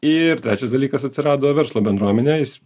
ir trečias dalykas atsirado verslo bendruomenė eis